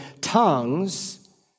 tongues